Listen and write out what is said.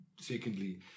secondly